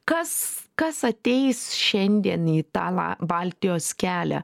kas kas ateis šiandien į tą baltijos kelią